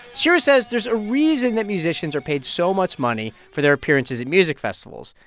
shira says there's a reason that musicians are paid so much money for their appearances at music festivals,